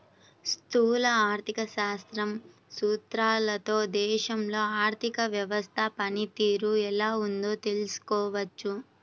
స్థూల ఆర్థిక శాస్త్రం సూత్రాలతో దేశంలో ఆర్థిక వ్యవస్థ పనితీరు ఎలా ఉందో తెలుసుకోవచ్చు